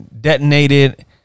detonated